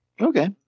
Okay